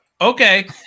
okay